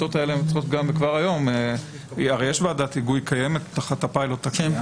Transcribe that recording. יש ועדת היגוי שקיימת תחת הפיילוט הקיים